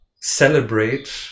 celebrate